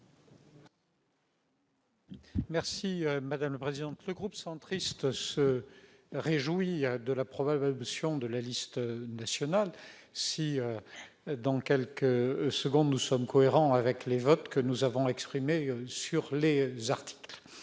explication de vote. Le groupe Union Centriste se réjouit de la probable adoption de la liste nationale, si, dans quelques instants, nous sommes cohérents avec les votes que nous avons exprimés sur les articles.